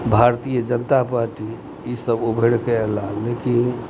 भारतीय जनता पार्टी ई सब उभरिके अयलाह लेकिन